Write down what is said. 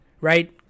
right